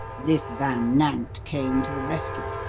this van nant came to the rescue,